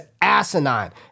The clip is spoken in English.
asinine